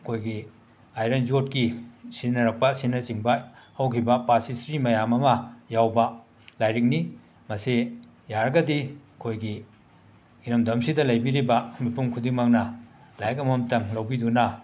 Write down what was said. ꯑꯩꯈꯣꯏꯒꯤ ꯑꯥꯏꯔꯟ ꯌꯣꯠꯀꯤ ꯁꯤꯖꯤꯟꯅꯔꯛꯄ ꯑꯁꯤꯅꯆꯤꯡꯕ ꯍꯧꯒꯤꯕ ꯄꯥꯁ ꯍꯤꯁꯇ꯭ꯔꯤ ꯃꯌꯥꯝ ꯑꯃ ꯌꯥꯎꯕ ꯂꯥꯏꯔꯤꯛꯅꯤ ꯃꯁꯤ ꯌꯥꯔꯒꯗꯤ ꯑꯩꯈꯣꯏꯒꯤ ꯏꯔꯝꯗꯝꯁꯤꯗ ꯂꯩꯕꯤꯔꯤꯕ ꯃꯤꯄꯨꯝ ꯈꯨꯗꯤꯡꯃꯛꯅ ꯂꯥꯏꯔꯤꯛ ꯑꯃꯃꯝꯇꯪ ꯂꯧꯕꯤꯗꯨꯅ